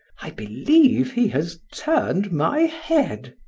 i believe he has turned my head.